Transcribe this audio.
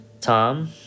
Tom